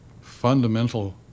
fundamental